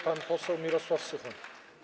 Pan poseł Mirosław Suchoń.